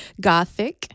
Gothic